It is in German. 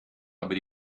aber